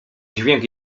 dźwięk